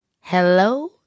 Hello